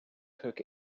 cook